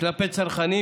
כלפי צרכנים,